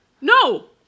No